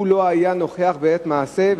שהוא לא היה נוכח בעת מעשה,